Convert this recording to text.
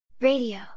Radio